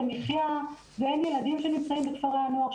מחיה ואין ילדים שנמצאים בכפרי הנוער,